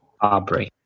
Aubrey